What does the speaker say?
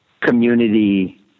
community